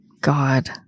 God